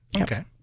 Okay